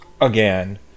again